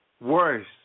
worse